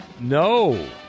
No